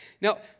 Now